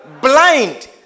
Blind